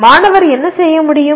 மாணவர் என்ன செய்ய முடியும்